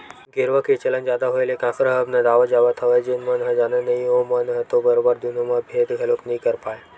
गेरवा के चलन जादा होय ले कांसरा ह अब नंदावत जावत हवय जेन मन ह जानय नइ ओमन ह तो बरोबर दुनो म भेंद घलोक नइ कर पाय